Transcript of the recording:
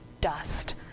dust